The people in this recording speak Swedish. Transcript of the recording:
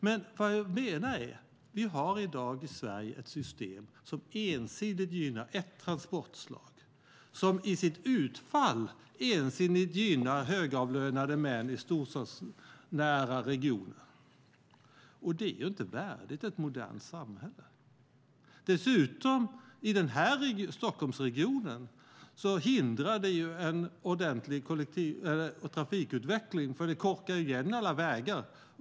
Det jag menar är att vi i dag i Sverige har ett system som ensidigt gynnar ett transportslag, som i sitt utfall ensidigt gynnar högavlönade män i storstadsnära regioner. Det är ju inte värdigt ett modernt samhälle. I Stockholmsregionen hindrar det dessutom en ordentlig trafikutveckling, för det korkar igen alla vägar.